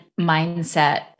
mindset